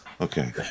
Okay